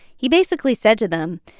he basically said to them,